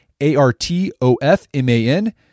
A-R-T-O-F-M-A-N